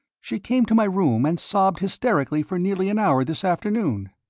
she came to my room and sobbed hysterically for nearly an hour this afternoon.